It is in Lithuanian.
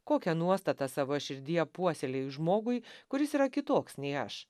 kokią nuostatą savo širdyje puoselėji žmogui kuris yra kitoks nei aš